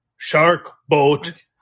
sharkboat